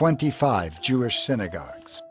twenty five jewish synagogues